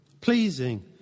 pleasing